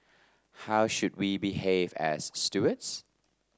how should we behave as stewards